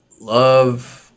love